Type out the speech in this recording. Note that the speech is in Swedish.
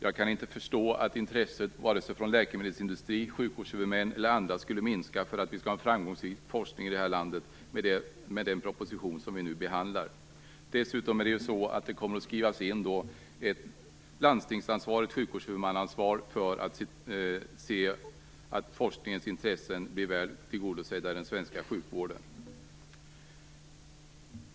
Jag kan inte förstå att intresset från vare sig läkemedelsindustri, sjukvårdshuvudmän eller andra skulle minska, för vi skall med den proposition som vi nu behandlar ha en framgångsrik forskning i vårt land. Dessutom kommer det att skrivas in ett sjukvårdshuvudmannaansvar för att se till att forskningens intressen blir väl tillgodosedda i den svenska sjukvården.